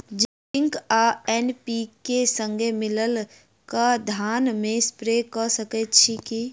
Zinc आ NPK, संगे मिलल कऽ धान मे स्प्रे कऽ सकैत छी की?